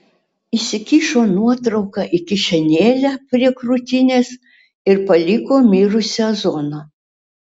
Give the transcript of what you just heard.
įsikišo nuotrauką į kišenėlę prie krūtinės ir paliko mirusią zoną